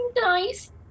nice